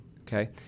okay